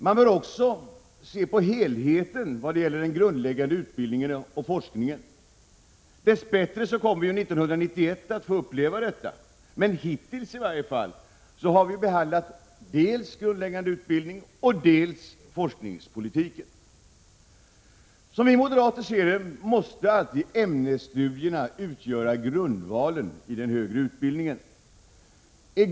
Man bör också se på helheten vad gäller den grundläggande utbildningen och forskningen. Dess bättre kommer vi 1991 att få uppleva detta. Men hittills i varje fall har vi behandlat dels grundläggande utbildning, dels forskningspolitik. Som vi moderater ser det måste ämnesstudierna utgöra grundvalen i den högre utbildningen.